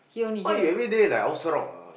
why you everyday lah also wrong lah